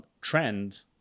trend